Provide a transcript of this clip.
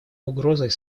угрозой